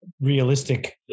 realistic